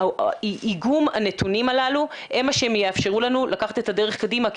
איגום הנתונים הללו הם שיאפשרו לנו לקחת את הדרך קדימה,